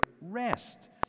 rest